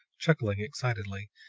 chuckling excitedly,